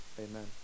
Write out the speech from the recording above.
Amen